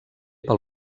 pel